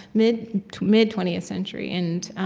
mid mid twentieth century, and